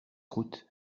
croûte